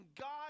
God